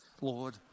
Lord